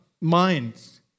minds